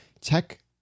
tech